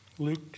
Luke